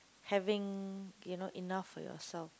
having you know enough for yourself